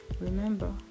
remember